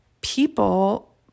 people